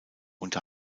unter